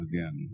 again